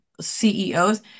CEOs